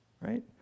right